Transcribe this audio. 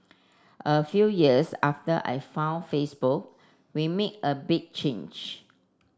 a few years after I found Facebook we made a big change